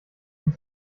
und